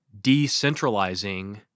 decentralizing